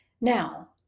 Now